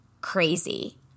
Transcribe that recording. crazy